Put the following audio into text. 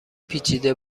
پیچیده